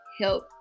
help